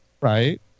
Right